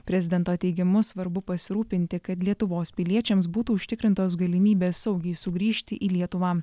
prezidento teigimu svarbu pasirūpinti kad lietuvos piliečiams būtų užtikrintos galimybės saugiai sugrįžti į lietuvą